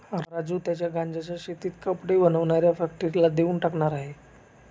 राजू त्याच्या गांज्याच्या शेतीला कपडे बनवणाऱ्या फॅक्टरीला देऊन टाकणार आहे